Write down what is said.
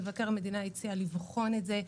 מבקר המדינה הציע לבחון את זה.